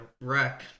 wreck